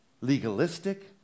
legalistic